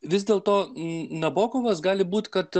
vis dėlto nabokovas gali būt kad